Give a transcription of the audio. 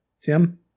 Tim